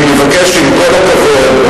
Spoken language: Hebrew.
עם כל הכבוד,